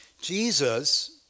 Jesus